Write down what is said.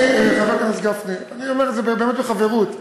חבר הכנסת גפני, אני אומר את זה באמת בחברות.